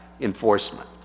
enforcement